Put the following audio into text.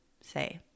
say